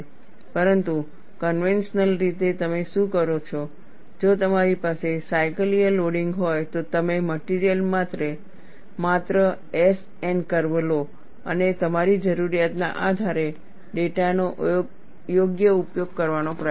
પરંતુ કન્વેન્શનલ રીતે તમે શું કરો છો જો તમારી પાસે સાયકલીય લોડિંગ હોય તો તમે મટિરિયલ માટે માત્ર S N કર્વ લો અને તમારી જરૂરિયાતના આધારે ડેટાનો યોગ્ય ઉપયોગ કરવાનો પ્રયાસ કરો